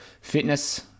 fitness